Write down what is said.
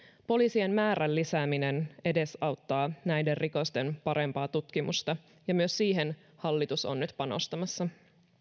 poliisien määrän lisääminen edesauttaa näiden rikosten parempaa tutkimusta ja myös siihen hallitus on nyt panostamassa